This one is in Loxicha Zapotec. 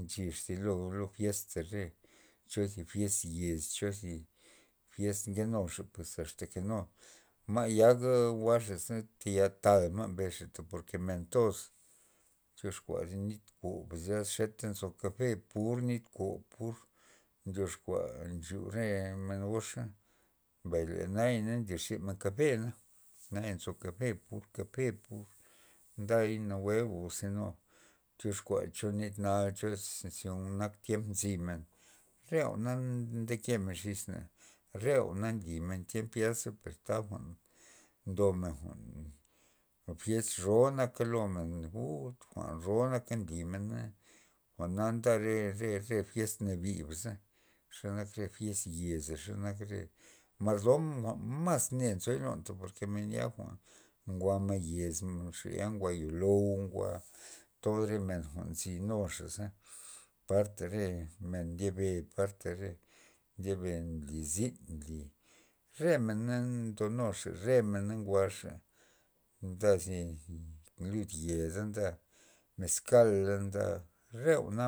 nchex zi lo- lo fiesta re cho zi fiest yez chozi fiest nkenu xa pues asta nu ma'yaga jwa'xaza tayal talxa por ke men toz tyoxkua thi nit kob xeta nzo cafe pur nit kob pur ndoxkua nchu re men goxa mbay le naya na xe nda kafe naya nzo cafe pur kafe pur nday tyoxkua cho nit nal cho nak tiemp nzymen re jwa'na ndeke men xis men tyz jwa'na re jwa'na nlimen tiempa zyasa per ndomen jwa'n fies ro naka lomen uu pur jwa'n ron naka limena jwa'na nda re- re fiest nabiza, xenak fiest yeza xenak re mardom jwa'n mas neo nzoy lon por ke men ya njwa' ma yez xa xa yan njwa' yolou jwa' tod re men jwa'n nzinur parta re men lyabe parta re ndebe nli zyn re mena ndonuxa re na jwa'xa nda zi thi yeza nda mezkala nda re jwa'na